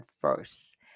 first